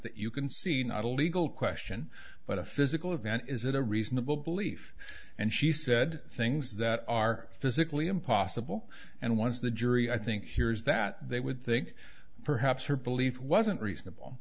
that you can see not a legal question but a physical event is it a reasonable belief and she said things that are physically impossible and once the jury i think hears that they would think perhaps her belief wasn't reasonable